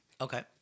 Okay